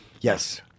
Yes